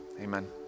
Amen